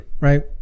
right